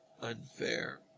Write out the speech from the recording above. unfair